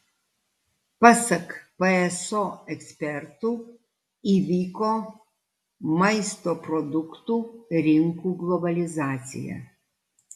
pasak pso ekspertų įvyko maisto produktų rinkų globalizacija